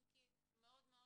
חריגות,